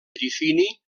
trifini